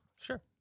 Sure